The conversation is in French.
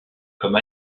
comme